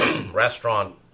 restaurant